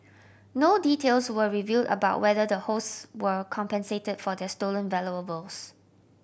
no details were revealed about whether the hosts were compensated for their stolen valuables